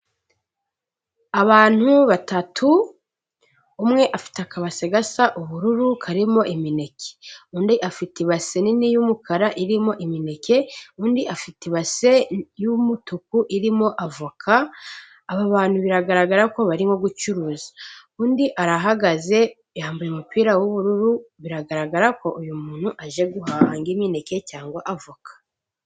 Abantu batatu umwe afite akabase gasa ubururu karimo imineke. Undi afite ibase nini y'umukara irimo imineke, undi afite ibase y'umutuku irimo avoka, aba bantu biragaragara ko barimo gucuruza. Undi arahagaze yambaye umupira w'ubururu, biragaragara ko uyu muntu aje guhaha nk'imineke cyangwa avoka.